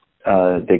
De